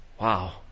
Wow